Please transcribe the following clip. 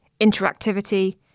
interactivity